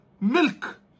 milk